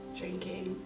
drinking